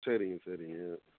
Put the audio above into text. சரிங்க சரிங்க